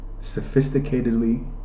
Sophisticatedly